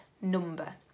number